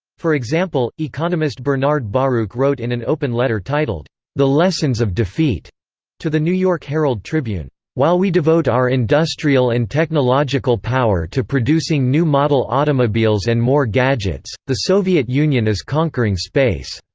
for example, economist bernard baruch wrote in an open letter titled the lessons of defeat to the new york herald tribune while we devote our industrial and technological power to producing new model automobiles and more gadgets, the soviet union is conquering space.